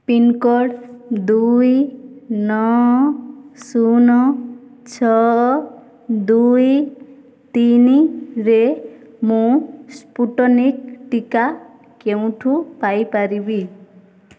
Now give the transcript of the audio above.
pincode ଦୁଇ ନଅ ଶୂନ ଛଅ ଦୁଇ ତିନିରେ ମୁଁ ସ୍ପୁଟନିକ୍ ଟିକା କେଉଁଠୁ ପାଇପାରିବି